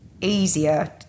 easier